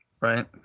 Right